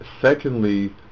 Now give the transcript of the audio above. Secondly